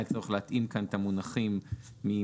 היה צורך להתאים כאן את המונחים ממנהל